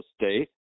State